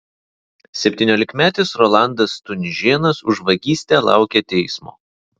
septyniolikmetis rolandas stunžėnas už vagystę laukia teismo